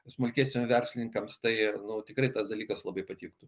smulkiesiem verslininkams tai nu tikrai tas dalykas labai patiktų